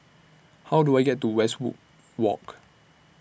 How Do I get to Westwood Walk